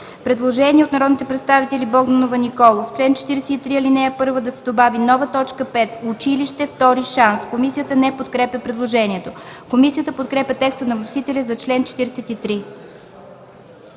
Предложение от народните представители Богданова и Николов: „В чл. 43, ал. 1 да се добави нова точка 5: „училище „Втори шанс”.” Комисията не подкрепя предложението. Комисията подкрепя текста на вносителя за чл. 43.